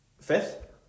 Fifth